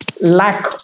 lack